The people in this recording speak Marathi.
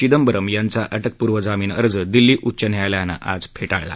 चिंदबरम यांचा अटकपूर्व जामीन अर्ज दिल्ली उच्च न्यायालयानं आज फेटाळला